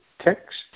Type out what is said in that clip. text